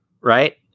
Right